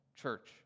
church